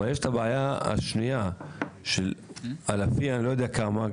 אבל יש הבעיה השנייה של אלפים אני לא יודע כמה,